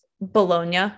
bologna